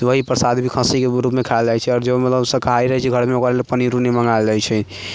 वही प्रसाद भी खस्सीके रूपमे खायल जाइ छै आओर जो मतलब शाकाहारी रहै छै घरमे ओकरा लेल पनीर उनीर मङ्गेल जाइ छै